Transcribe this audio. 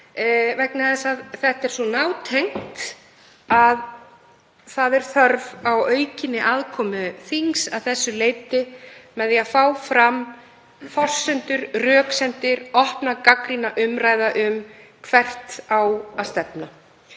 vegna þess að þetta er svo nátengt, það er þörf á aukinni aðkomu þings að þessu leyti með því að fá fram forsendur, röksemdir, opna og gagnrýna umræðu um hvert á að stefna.